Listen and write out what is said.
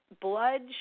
blood